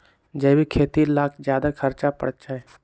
जैविक खेती ला ज्यादा खर्च पड़छई?